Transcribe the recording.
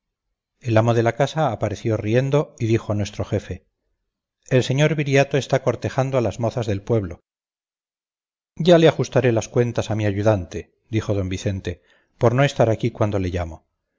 el amo de la casa apareció riendo y dijo a nuestro jefe el sr viriato está cortejando a las mozas del pueblo ya le ajustaré las cuentas a mi ayudante dijo d vicente por no estar aquí cuando le llamo